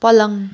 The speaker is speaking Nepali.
पलङ